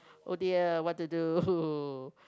oh dear what to do who